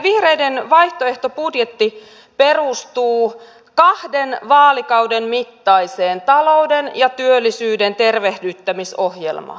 vihreiden vaihtoehtobudjetti perustuu kahden vaalikauden mittaiseen talouden ja työllisyyden tervehdyttämisohjelmaan